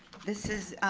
this is,